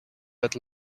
that